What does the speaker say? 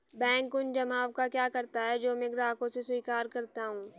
Bank उन जमाव का क्या करता है जो मैं ग्राहकों से स्वीकार करता हूँ?